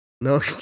no